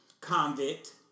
convict